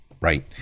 Right